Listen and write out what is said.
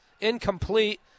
incomplete